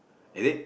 is it